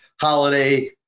holiday